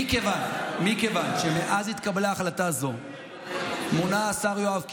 מכיוון שמאז התקבלה החלטה זו מונה השר יואב קיש,